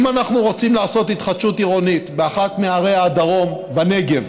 אם אנחנו רוצים לעשות התחדשות עירונית באחת מערי הדרום בנגב,